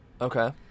Okay